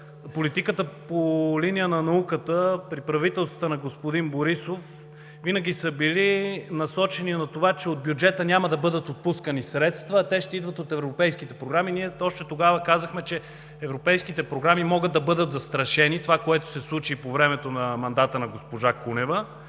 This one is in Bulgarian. политиката по линия на науката при правителствата на господин Борисов винаги е била насочена към това, че от бюджета няма да бъдат отпускани средства, а те ще идват от европейските програми. Още тогава казахме, че европейските програми могат да бъдат застрашени – това, което се случи по време на мандата на госпожа Кунева